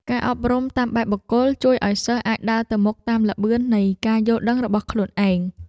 ការអប់រំតាមបែបបុគ្គលជួយឱ្យសិស្សអាចដើរទៅមុខតាមល្បឿននៃការយល់ដឹងរបស់ខ្លួនឯង។